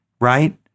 right